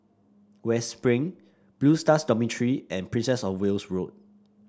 West Spring Blue Stars Dormitory and Princess Of Wales Road